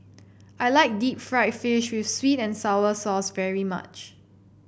I like Deep Fried Fish with sweet and sour sauce very much